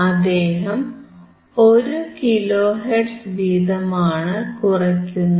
അദ്ദേഹം 1 kilohertz വീതമാണ് കുറയ്ക്കുന്നത്